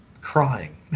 crying